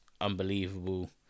unbelievable